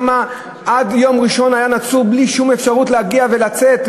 עד יום ראשון היה נצור בלי שום אפשרות להגיע ולצאת,